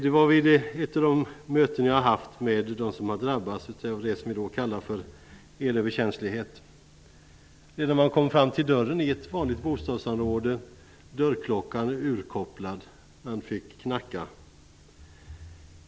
Det var vid ett av de möten jag har haft med dem som har drabbats av det som vi kallar för elöverkänslighet. Man kom fram till dörren i ett vanligt bostadsområde. Dörrklockan var urkopplad, man fick knacka på dörren.